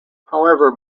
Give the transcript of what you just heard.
however